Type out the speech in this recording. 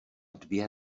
dvě